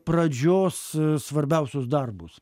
pradžios svarbiausius darbus